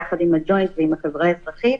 יחד עם הג'וינט ועם החברה האזרחית,